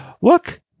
Look